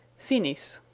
finis.